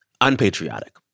unpatriotic